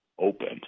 opened